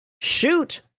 Shoot